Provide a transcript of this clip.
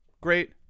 great